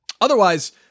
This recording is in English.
Otherwise